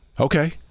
Okay